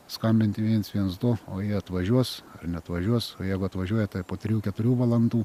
skambinti viens viens du o jie atvažiuos ar neatvažiuos o jeigu atvažiuoja tai po trijų keturių valandų